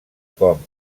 com